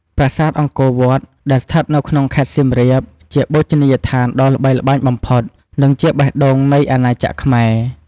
ប្រាសាទអង្គរវត្ត ដែលស្ថិតនៅក្នុងខេត្តសៀមរាប ជាបូជនីយដ្ឋានដ៏ល្បីល្បាញបំផុត និងជាបេះដូងនៃអាណាចក្រខ្មែរ។